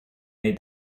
made